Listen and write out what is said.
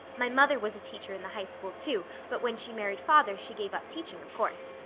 my mother was a teacher in the high school, too, but when she married father she gave up teaching, of course.